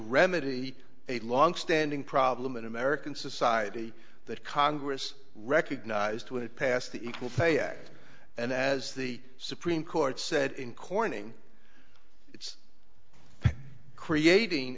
remedy a longstanding problem in american society that congress recognized who had passed the equal pay act and as the supreme court said in corning it's creating